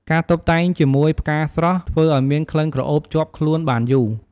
ការតុបតែងជាមួយផ្កាស្រស់ធ្វើអោយមានក្លិនក្រអូបជាប់ខ្លូនបានយូរ។